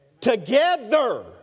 Together